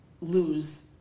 lose